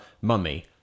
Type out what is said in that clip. Mummy